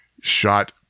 shot